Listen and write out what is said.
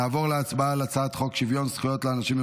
נעבור להצבעה על הצעת חוק שוויון זכויות לאנשים עם